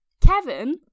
kevin